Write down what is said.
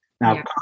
Now